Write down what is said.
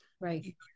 Right